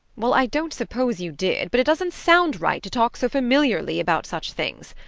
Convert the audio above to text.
well i don't suppose you did but it doesn't sound right to talk so familiarly about such things.